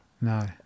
No